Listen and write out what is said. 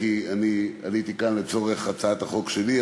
כי אני עליתי לכאן לצורך הצעת החוק שלי.